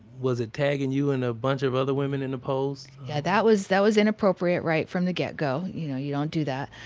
was it tagging you and a bunch of other women in the post? yeah that was, that was inappropriate right from the get-go. you know you don't do that.